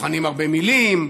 טוחנים הרבה מילים,